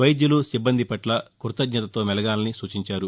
వైద్యులు సిబ్బంది పట్ల కృతజ్ఞతో మెలగాలని సూచించారు